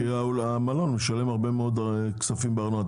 כי המלון משלם הרבה מאוד כסף לארנונה.